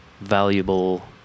valuable